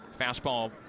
Fastball